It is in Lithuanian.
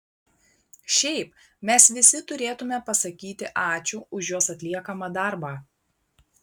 šiaip mes visi turėtumėme pasakyti ačiū už jos atliekamą darbą